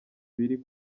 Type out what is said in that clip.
biri